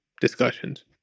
discussions